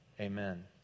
Amen